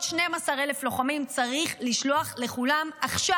12,000 לוחמים צריך לשלוח לכולם עכשיו.